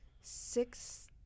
six